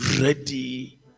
ready